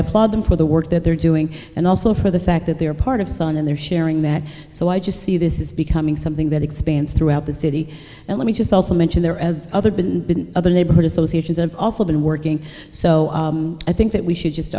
applaud them for the work that they're doing and also for the fact that they are part of sun and they're sharing that so i just see this is becoming something that expands throughout the city and let me just also mention there are other big other neighborhood associations have also been working so i think that we should just